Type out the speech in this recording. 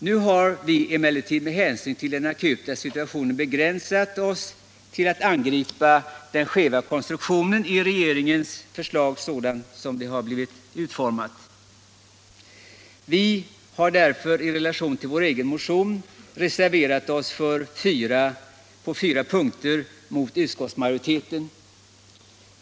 Nu har vi emellertid med hänsyn till den akuta situationen begränsat oss till att angripa den skeva kon struktionen i regeringens förslag. Vi har därför i relation till vår egen motion reserverat oss mot utskottsmajoriteten på fyra punkter.